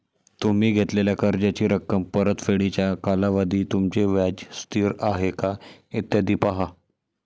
तुम्ही घेतलेल्या कर्जाची रक्कम, परतफेडीचा कालावधी, तुमचे व्याज स्थिर आहे का, इत्यादी पहा